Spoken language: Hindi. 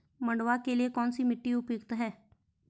मंडुवा के लिए कौन सी मिट्टी उपयुक्त है?